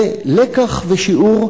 זה לקח ושיעור,